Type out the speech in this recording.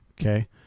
Okay